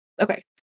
Okay